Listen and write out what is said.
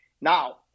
now